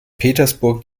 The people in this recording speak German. petersburg